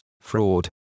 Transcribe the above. fraud